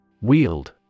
Wield